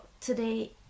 today